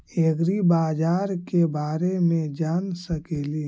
ऐग्रिबाजार के बारे मे जान सकेली?